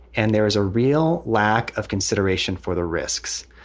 and there is a real lack of consideration for the risks.